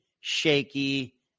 shaky